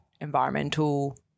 environmental